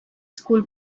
school